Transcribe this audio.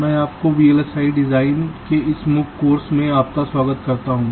मैं आपको VLSI physical design के इस MOOC कोर्स में आपका स्वागत करता हूँ